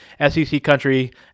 SECCountry